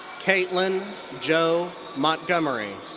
kaitlyn jo montgomery.